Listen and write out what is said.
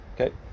Okay